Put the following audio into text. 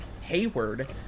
Hayward